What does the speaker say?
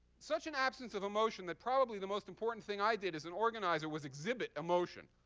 such an absence of emotion that probably the most important thing i did as an organizer was exhibit emotion.